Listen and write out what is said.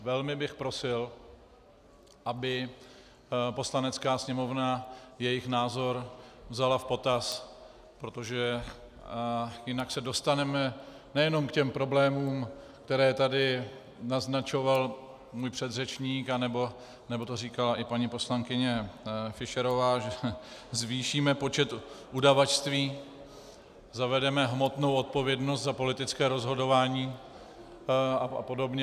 Velmi bych prosil, aby Poslanecká sněmovna jejich názor vzala v potaz, protože jinak se dostaneme nejenom k těm problémům, které tady naznačoval můj předřečník a nebo to říkala i paní poslankyně Fischerová, že zvýšíme počet udavačství, zavedeme hmotnou zodpovědnost za politické rozhodování apod.